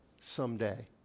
someday